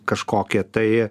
kažkokie tai